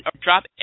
drop